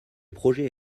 projet